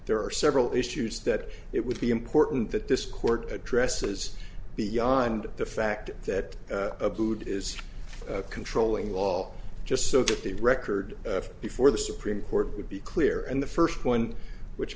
there are several issues that it would be important that this court addresses beyond the fact that a boot is controlling law just so that the record before the supreme court would be clear and the first one which